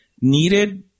needed